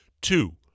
Two